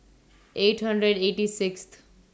eight hundred eighty Sixth